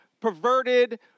perverted